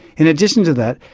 in addition to that,